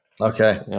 okay